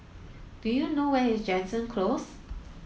do you know where is Jansen Close